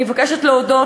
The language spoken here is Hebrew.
אני מבקשת להודות